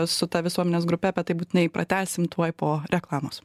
su ta visuomenės grupe apie tai būtinai pratęsim tuoj po reklamos